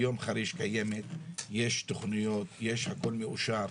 היום חריש קיימת, יש תכניות, והכול מאושר.